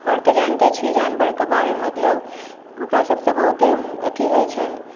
आओर तऽ जानिते छी जानवरके बारे मतलब ओकरा सबसँ बहुत अथी होइ छनि